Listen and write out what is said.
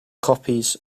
copies